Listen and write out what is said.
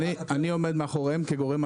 אתה עומד מאחוריהן?